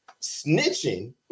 snitching